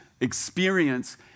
experience